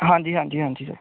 ਹਾਂਜੀ ਹਾਂਜੀ ਹਾਂਜੀ ਸਰ